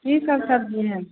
की सब सबजी है